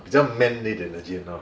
比较 man 一点的 gin lor